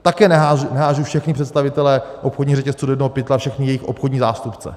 Také neházím všechny představitele obchodních řetězců do jednoho pytle a všechny jejich obchodní zástupce.